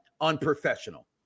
unprofessional